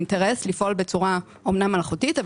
אינטרס לפעול בצורה אומנם מלאכותית,